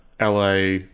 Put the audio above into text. la